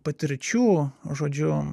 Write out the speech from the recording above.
patirčių žodžiu